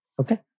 Okay